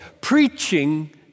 preaching